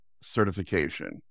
certification